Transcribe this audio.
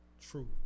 true